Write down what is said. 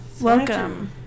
Welcome